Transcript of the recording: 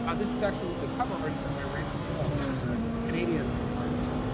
ah this is actually the cover art is done by randy holmes, who's a canadian artist.